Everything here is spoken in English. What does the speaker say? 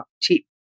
cheap